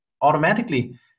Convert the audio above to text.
automatically